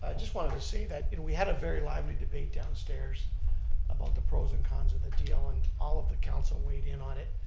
ah just wanted to say that we had a very lively debate downstairs about the pros and cons of the deal and all of the council weighed in on it.